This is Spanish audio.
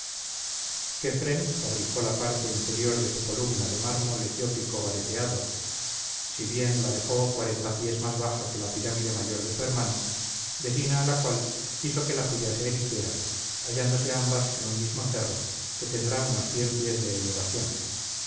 quefren fabricó la parte inferior de su columna de mármol etiópico vareteado si bien la dejó cuarenta pies más baja que la pirámide mayor de su hermano vecina a la cual quiso que la suya se erigiera hallándose ambas en un mismo cerro que tendrá unos cien pies de elevación